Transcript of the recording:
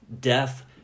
Death